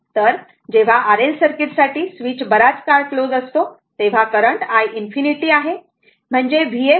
तर जेव्हा R L सर्किटसाठी स्विच बराच काळ क्लोज असतो तेव्हा करंट iinfinity आहे म्हणजे VsR आहे